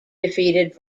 defeated